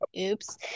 Oops